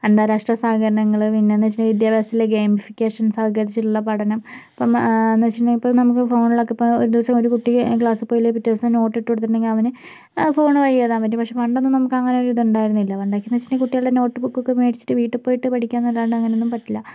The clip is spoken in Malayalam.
അന്താരാഷ്ട്ര സഹകരണങ്ങൾ പിന്നെന്താന്ന് വെച്ചിട്ടുണ്ടെങ്കിൽ വിദ്യാഭ്യാസത്തിലെ സഹകരിച്ചിട്ടുള്ള പഠനം ഇപ്പോൾ എന്ന് വെച്ചിട്ടുണ്ടെങ്കിൽ ഇപ്പോൾ നമുക്ക് ഫോണിലൊക്കെ ഇപ്പോൾ ഒരു ദിവസം ഒരു കുട്ടി ക്ലാസിൽ പോയിട്ടില്ലെങ്കിൽ പിറ്റേ ദിവസം നോട്ട് ഇട്ട് കൊടുത്തിട്ടുണ്ടെങ്കിൽ അവന് ആ ഫോൺ വഴി എഴുതാൻ പറ്റും പക്ഷേ പണ്ടൊന്നും നമുക്ക് അങ്ങനെ ഒരു ഇത് ഉണ്ടായിരുന്നില്ല പണ്ടൊക്കെയെന്ന് വെച്ചിട്ടുണ്ടെങ്കിൽ കുട്ടികളുടെ നോട്ടുബുക്ക് ഒക്കെ മേടിച്ചിട്ട് വീട്ടിൽ പോയിട്ട് പഠിക്കാമെന്ന് അല്ലാണ്ട് അങ്ങനെ ഒന്നും പറ്റില്ല